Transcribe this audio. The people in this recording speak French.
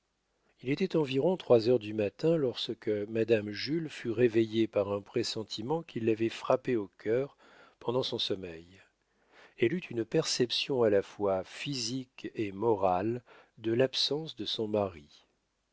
il était environ trois heures du matin lorsque madame jules fut réveillée par un pressentiment qui l'avait frappée au cœur pendant son sommeil elle eut une perception à la fois physique et morale de l'absence de son mari